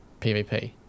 PvP